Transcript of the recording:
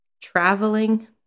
traveling